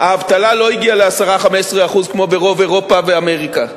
האבטלה לא הגיעה ל-10% 15% כמו ברוב אירופה ואמריקה,